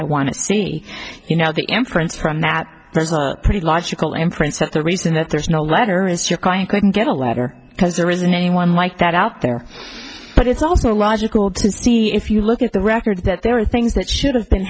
i want to see you know the m prints from that there's a pretty logical inference that the reason that there's no letter is your client couldn't get a letter because there isn't anyone like that out there but it's also logical to see if you look at the record that there are things that should have been